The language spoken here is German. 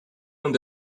und